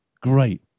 great